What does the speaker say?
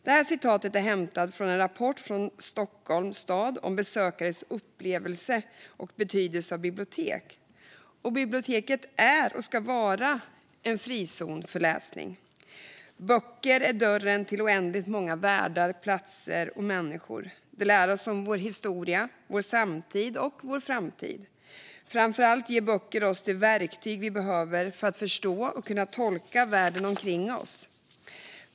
Det här citatet är hämtat från en undersökning i Stockholms stad om betydelsen av bibliotek och besökares upplevelser. Biblioteket är och ska vara en frizon för läsning. Böcker är dörren till oändligt många världar, platser och människor. De lär oss om vår historia, vår samtid och vår framtid. Framför allt ger böcker oss de verktyg vi behöver för att förstå och kunna tolka världen omkring oss.